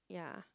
ya